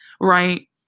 right